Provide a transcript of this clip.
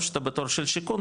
או שאתה בתור של שיכון,